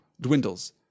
dwindles